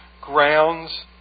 grounds